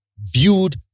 viewed